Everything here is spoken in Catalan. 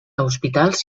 hospitals